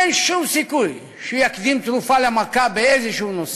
אין שום סיכוי שיקדים תרופה למכה בנושא כלשהו.